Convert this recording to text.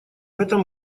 этом